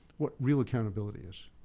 what real accountability is.